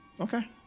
Okay